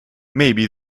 maybe